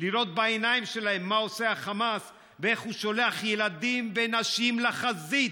לראות בעיניים שלהם מה עושה החמאס ואיך הוא שולח ילדים ונשים לחזית,